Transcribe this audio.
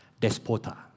despota